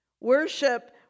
Worship